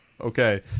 Okay